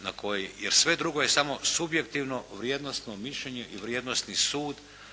na koji, jer sve drugo je samo subjektivno vrijednosno mišljenje i vrijednosni sud